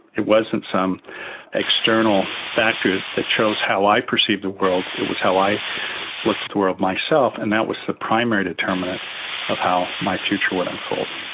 it wasn't some external factor that chose how i perceived the world it was how i looked at the world myself. and that was the primary determinant of how my future would unfold.